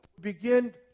begin